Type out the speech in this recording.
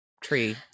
tree